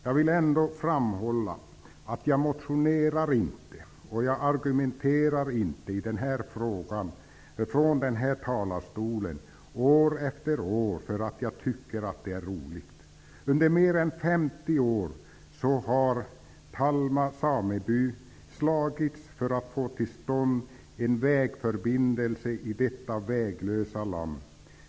Jag vill dock framhålla att jag inte motionerar och argumenterar i den här frågan och från den här talarstolen år efter år därför att jag tycker att det är roligt. Under mer än 50 år har Talma sameby slagits för att få till stånd en vägförbindelse i detta väglösa land.